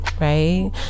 right